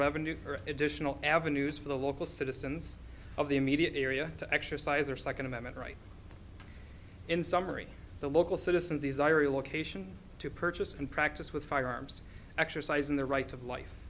revenue or additional avenues for the local citizens of the immediate area to exercise their second amendment rights in summary the local citizens desire a location to purchase and practice with firearms exercising their right of life